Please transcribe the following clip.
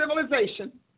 civilization